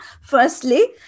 firstly